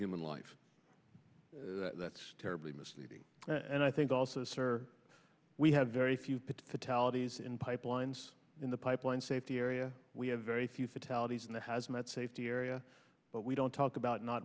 human life that's terribly misleading and i think also sir we have very few put fatalities in pipelines in the pipeline safety area we have very few fatalities in the hazmat safety area but we don't talk about not